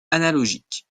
analogique